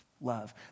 love